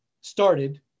started